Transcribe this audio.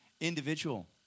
individual